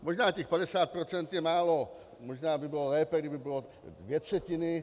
Možná těch 50 % je málo, možná by bylo lépe, kdyby byly dvě třetiny.